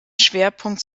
schwerpunkt